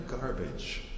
garbage